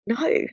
No